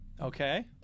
Okay